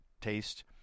taste